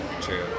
True